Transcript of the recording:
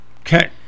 Okay